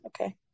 okay